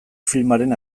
filmaren